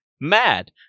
Mad